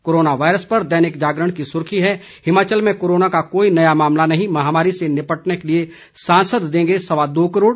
corona virus पर दैनिक जागरण की सुर्खी है हिमाचल में कोरोना का कोई नया मामला नहीं महामारी से निपटने के लिए सांसद देंगे सवा दो करोड़